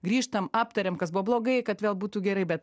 grįžtam aptariam kas buvo blogai kad vėl būtų gerai bet